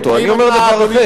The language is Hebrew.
אני אומר דבר אחר,